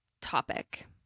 topic